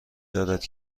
دارد